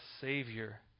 savior